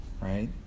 right